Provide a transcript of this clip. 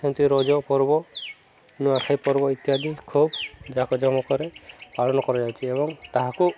ସେମିତି ରଜ ପର୍ବ ନୂଆଖାଇ ପର୍ବ ଇତ୍ୟାଦି ଖୁବ୍ ଜାକଜମକରେ ପାଳନ କରାଯାଉଛି ଏବଂ ତାହାକୁ